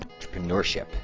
entrepreneurship